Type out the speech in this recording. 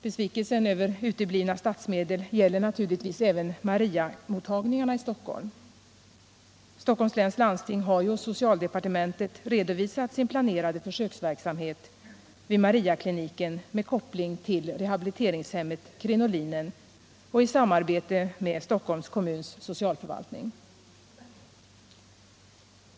Besvikelsen över uteblivna statsmedel gäller naturligtvis även Mariamottagningarna i Stockholm. Stockholms läns landsting har ju hos socialdepartementet redovisat sin planerade försöksverksamhet vid Mariakliniken med koppling till rehabiliteringshemmet Krinolinen och i samarbete med Stockholms kommuns socialförvaltning.